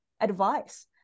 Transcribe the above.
advice